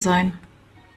sein